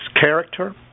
character